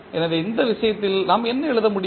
எனவே இந்த விஷயத்தில் நாம் என்ன எழுத முடியும்